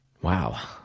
Wow